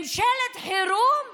ממשלת חירום?